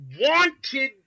wanted